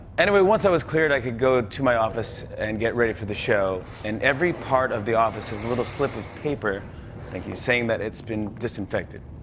anyway, once i was cleared, i could go to my office and get ready for the show. in every part of the office is a little slip of paper thank you saying that it's been disinfected.